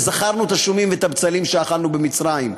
וזכרנו את השומים ואת הבצלים שאכלנו במצרים,